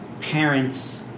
parents